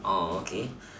okay